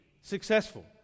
successful